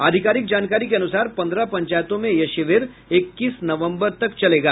आधिकारिक जानकारी के अनुसार पन्द्रह पंचायतों में यह शिविर इक्कीस नवम्बर तक चलेगा